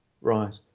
Right